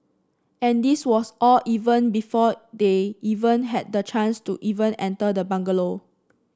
and this was all even before they even had the chance to even enter the bungalow